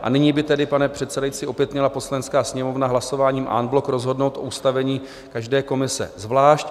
A nyní by tedy, pane předsedající, opět měla Poslanecká sněmovna hlasováním en bloc rozhodnout o ustavení každé komise zvlášť.